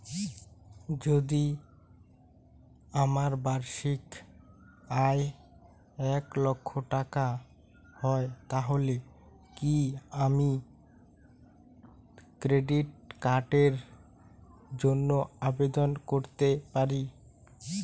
যদি আমার বার্ষিক আয় এক লক্ষ টাকা হয় তাহলে কি আমি ক্রেডিট কার্ডের জন্য আবেদন করতে পারি?